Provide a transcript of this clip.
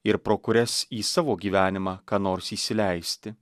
ir pro kurias į savo gyvenimą ką nors įsileisti